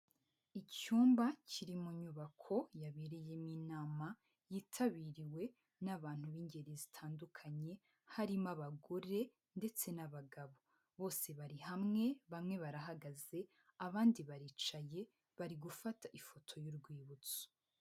Icyumba kiri mu nyubako yabereyemo inama yitabiriwe n'abantu bingeri zitandukanye harimo abagore ndetse n'abagabo bose biri hamwe bamwe barahagaze abandi baricaye bari gufata ifoto y'urwibutso.